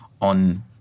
on